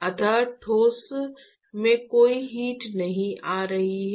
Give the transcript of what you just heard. अत ठोस में कोई हीट नहीं आ रही है